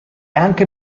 anche